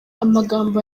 amagambo